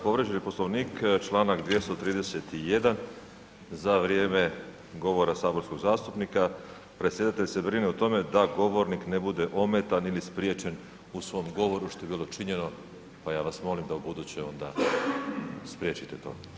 Povrijeđen je Poslovnik, čl. 231., za vrijeme govora saborskog zastupnika predsjedatelj se brine o tome da govornik ne bude ometan ili spriječen u svom govoru, što je bilo činjeno, pa ja vas molim da ubuduće onda spriječite to.